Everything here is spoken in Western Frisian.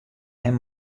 him